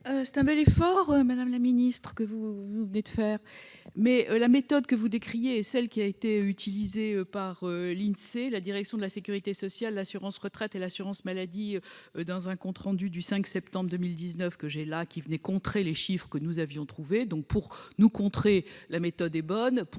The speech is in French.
C'est un bel effort, madame la ministre, mais la méthode que vous décriez est celle qui a été utilisée par l'Insee, la direction de la sécurité sociale, l'assurance retraite et l'assurance maladie dans un compte rendu du 5 septembre 2019 venu contrer les chiffres que nous avions trouvés. Pour nous contrer, la méthode est bonne